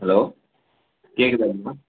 hello கேட்குதா